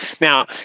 now